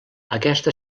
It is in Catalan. aquesta